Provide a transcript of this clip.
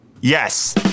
Yes